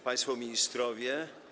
Państwo Ministrowie!